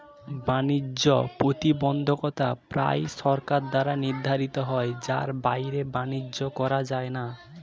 বাণিজ্য প্রতিবন্ধকতা প্রায়ই সরকার দ্বারা নির্ধারিত হয় যার বাইরে বাণিজ্য করা যায় না